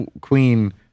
queen